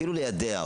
אפילו ליידע,